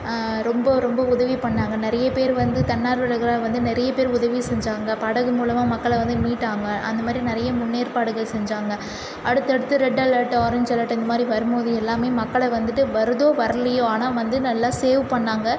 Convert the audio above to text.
ரொம்ப ரொம்ப உதவிப் பண்ணாங்க நிறையப் பேர் வந்து தன்னார்வலர்களாக வந்து நிறையப் பேர் உதவி செஞ்சாங்க படகு மூலமாக மக்களை வந்து மீட்டாங்க அந்தமாதிரி நிறைய முன்னேற்பாடுகள் செஞ்சாங்க அடுத்தடுத்து ரெட் அலர்ட்டு ஆரஞ்ச் அலர்ட் இந்த மாதிரி வரும்மோது எல்லாமே மக்கள வந்துவிட்டு வருதோ வர்லையோ ஆனால் வந்து நல்லா சேவ் பண்ணாங்க